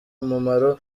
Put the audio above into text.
mumaro